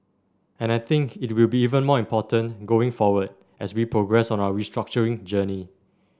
and I think it will be even more important going forward as we progress on our restructuring journey